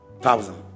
Thousand